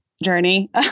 journey